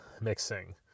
mixing